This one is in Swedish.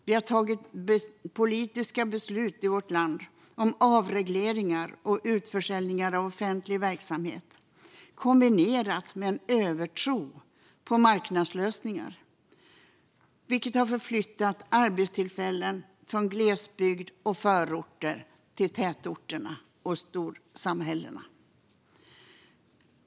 Vi har tagit politiska beslut i vårt land om avregleringar och utförsäljningar av offentlig verksamhet kombinerat med en övertro på marknadslösningar, vilket har flyttat arbetstillfällen från glesbygd och förorter till tätorterna och storsamhällena.